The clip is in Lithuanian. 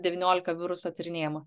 devyniolika viruso tyrinėjimą